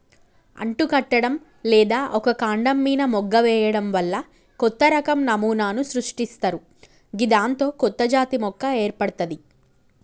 అంటుకట్టడం లేదా ఒక కాండం మీన మొగ్గ వేయడం వల్ల కొత్తరకం నమూనాను సృష్టిస్తరు గిదాంతో కొత్తజాతి మొక్క ఏర్పడ్తది